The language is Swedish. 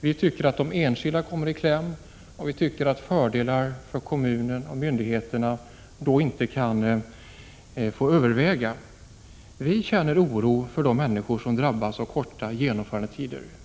Vi tycker att de enskilda kommer i kläm och att fördelar för kommuner och myndigheter inte får överväga. Vi känner oro för de människor som drabbas av korta genomförandetider.